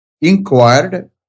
inquired